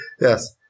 yes